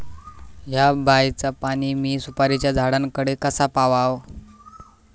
हया बायचा पाणी मी सुपारीच्या झाडान कडे कसा पावाव?